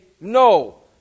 no